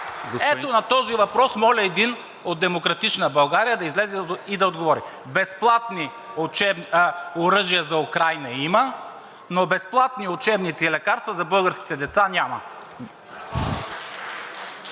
Ето на този въпрос моля един от „Демократична България“ да излезе и да отговори. Безплатни оръжия за Украйна, но безплатни учебници и лекарства за българските деца няма?!